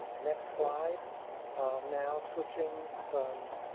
next slide now, switching from.